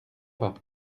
pas